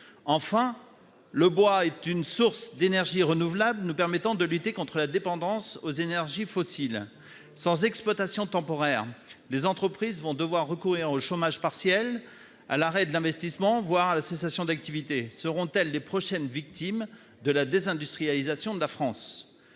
Enfin, le bois est une source d'énergie renouvelable nous permettant de lutter contre la dépendance aux énergies fossiles. Sans exploitation temporaire, les entreprises vont devoir recourir au chômage partiel, arrêter leurs investissements, voire se mettre en cessation d'activité. Seront-elles les prochaines victimes de la désindustrialisation de la France ?